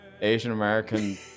Asian-American